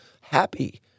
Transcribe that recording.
happy